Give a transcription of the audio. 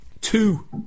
Two